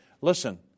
Listen